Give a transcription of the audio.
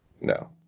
No